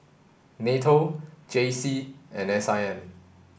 NATO J C and S I M